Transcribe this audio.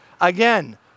Again